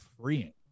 freeing